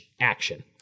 action